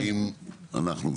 האם אנחנו,